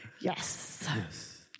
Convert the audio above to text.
Yes